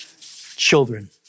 children